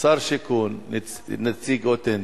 נציג אותנטי.